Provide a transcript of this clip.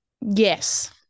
Yes